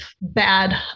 bad